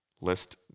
list